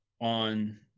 on